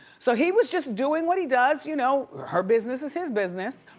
so he was just doing what he does. you know her business is his business.